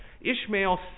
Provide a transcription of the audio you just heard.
Ishmael